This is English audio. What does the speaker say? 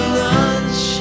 lunch